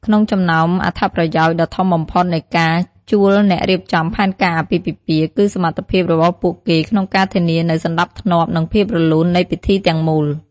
ក្នុងចំណោមអត្ថប្រយោជន៍ដ៏ធំបំផុតនៃការជួលអ្នករៀបចំផែនការអាពាហ៍ពិពាហ៍ គឺសមត្ថភាពរបស់ពួកគេក្នុងការធានានូវសណ្ដាប់ធ្នាប់ និងភាពរលូននៃពិធីទាំងមូល។